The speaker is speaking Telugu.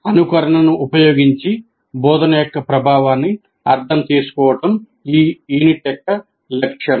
అనుకరణను ఉపయోగించి బోధన యొక్క ప్రభావాన్ని అర్థం చేసుకోవడం ఈ యూనిట్ యొక్క లక్ష్యం